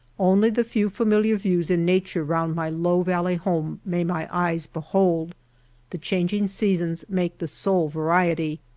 only the few familiar views in nature round my low valley home may my eyes behold the changing sea sons make the sole variety.